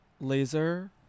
laser